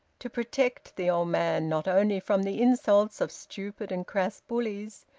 to protect the old man not only from the insults of stupid and crass bullies,